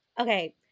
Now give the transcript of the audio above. okay